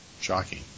Shocking